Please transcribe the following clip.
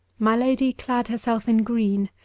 my lady clad herself in green.